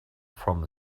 from